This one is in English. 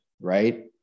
right